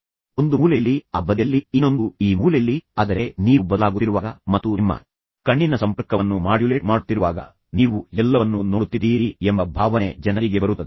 ಆದ್ದರಿಂದ ಒಂದು ಮೂಲೆಯಲ್ಲಿ ಆ ಬದಿಯಲ್ಲಿ ಇನ್ನೊಂದು ಈ ಮೂಲೆಯಲ್ಲಿ ಆದರೆ ನೀವು ಬದಲಾಗುತ್ತಿರುವಾಗ ಮತ್ತು ನಿಮ್ಮ ಕಣ್ಣಿನ ಸಂಪರ್ಕವನ್ನು ಮಾಡ್ಯುಲೇಟ್ ಮಾಡುತ್ತಿರುವಾಗ ನೀವು ಎಲ್ಲವನ್ನೂ ನೋಡುತ್ತಿದ್ದೀರಿ ಎಂಬ ಭಾವನೆ ಜನರಿಗೆ ಬರುತ್ತದೆ